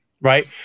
Right